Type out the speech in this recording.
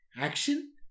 Action